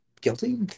guilty